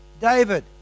David